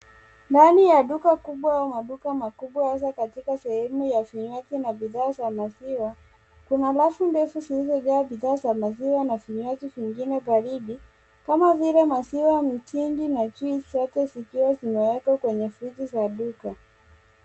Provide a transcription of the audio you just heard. Ndani ya duka kubwa au maduka makubwa hasa katika sehemu ya vinywaji na bidhaa za maziwa. Kuna rafu ndefu zilizojaa bidhaa za maziwa na vinywaji vingine baridi, kama vile maziwa, mtindi na juisi zote zikiwa zimewekwa kwenye friji za duka.